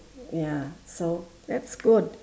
ya so that's good